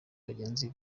bagenzi